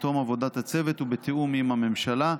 תום עבודת הצוות ובתיאום עם הממשלה,